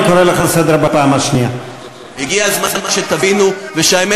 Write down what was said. הם לא סופרים, הגיע הזמן שתביני את